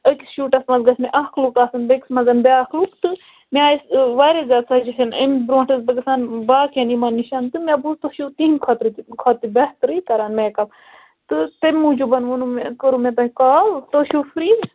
أکِس شوٗٹَس منٛز گژھِ مےٚ اَکھ لُک آسُن بیٚکِس منٛز بیاکھ تہٕ مےٚ آیہِ واریاہ زیادٕ سَجَشَن أمۍ برٛونٛٹھ ٲسۍ بہٕ گژھان باقِیَن یِمَن نِش تہٕ مےٚ بوٗز تُہۍ چھُو تِہِنٛدِ خٲطرٕ تہِ کھۄتہٕ تہِ بہترٕے کران میک اپ تہٕ تٔمۍ موجوٗب ووٚنُم مےٚ کٔرِو مےٚ تۄہہِ کال تُہۍ چھُو فری